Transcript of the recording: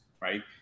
right